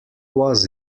was